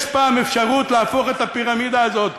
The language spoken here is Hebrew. יש פעם אפשרות להפוך את הפירמידה הזאת,